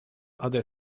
other